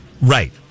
Right